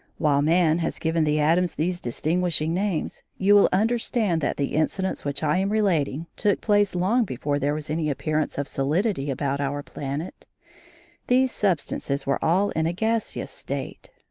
while man has given the atoms these distinguishing names, you will understand that the incidents which i am relating took place long before there was any appearance of solidity about our planet these substances were all in a gaseous state.